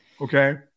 Okay